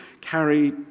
carry